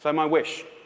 um my wish.